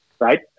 Right